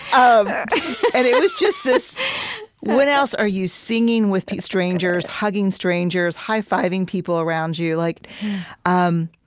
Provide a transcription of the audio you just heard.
um and it was just this when else are you singing with strangers, hugging strangers, high-fiving people around you? like um